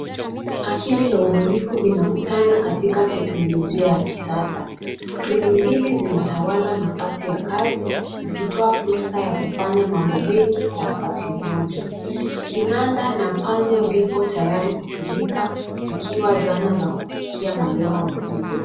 Akili na ubunifu vinakutana katika teknolojia ya kisasa. Skrini mbili zinatawala nafasi ya kazi, zikitoa fursa ya kufanya mambo mengi kwa wakati mmoja. Kinanda na panya vipo tayari kutumika vikiwa zana za kufikia malengo makubwa.